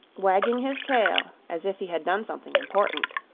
wagging his tail as if he had done something important.